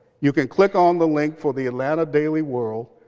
you can click on the link for the atlanta daily world,